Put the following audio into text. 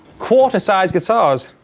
quarter sized guitars